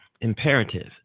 imperative